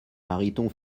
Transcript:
mariton